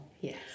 Yes